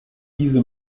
diese